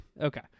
Okay